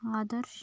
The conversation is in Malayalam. ആദർശ്